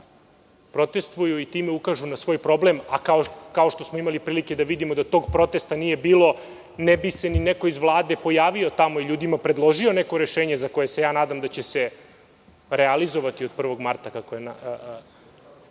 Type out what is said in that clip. protestuju i time ukažu na svoj problem, kao što smo imali prilike da vidimo da tog protesta nije bilo, ne bi se neko iz Vlade pojavio tamo i ljudima predložio neko rešenje za koje se ja nadam da će se realizovati od 1. marta kako je